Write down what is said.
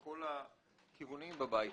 כל הכיוונים בבית הזה.